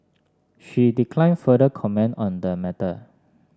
she declined further comment on the matter